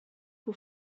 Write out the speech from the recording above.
who